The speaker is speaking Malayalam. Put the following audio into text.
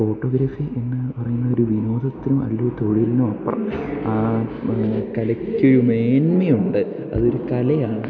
ഫോട്ടോഗ്രഫി എന്നു പറയുന്ന ഒരു വിനോദത്തിനോ അല്ലെങ്കിലൊരു തൊഴിലിനോ അപ്പുറം ആ കലയ്ക്ക് മേന്മയുണ്ട് അതൊരു കലയാണ്